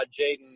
Jaden